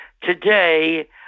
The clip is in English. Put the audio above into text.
Today